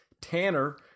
Tanner